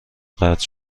قطع